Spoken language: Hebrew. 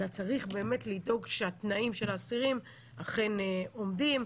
אלא צריך באמת לדאוג שהתנאים של האסירים אכן עומדים.